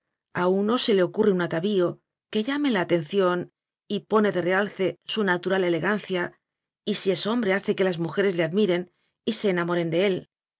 a uno se le ocurre un atavío que llame la atención y pone de realce su natural elegancia y si es hombre hace que las mujeres le admiren y se enamoren de él